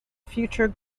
future